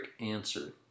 answer